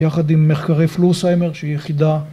‫יחד עם מחקרי פלוסיימר, ‫שהיא יחידה.